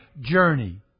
journey